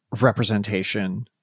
representation